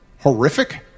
horrific